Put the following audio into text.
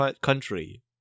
Country